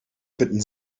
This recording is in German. bitten